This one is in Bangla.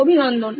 অভিনন্দন